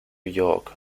york